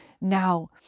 Now